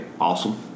Awesome